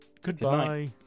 Goodbye